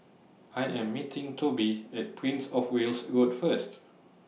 I Am meeting Toby At Prince of Wales Road First